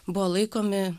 buvo laikomi